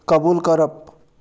कबूल करप